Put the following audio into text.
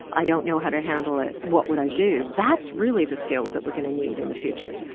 i don't know how to handle it, what would i do that's really the skill that we're going to need in the future.